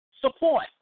support